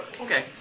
Okay